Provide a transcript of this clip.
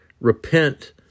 Repent